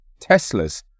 Teslas